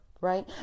right